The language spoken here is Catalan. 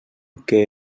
que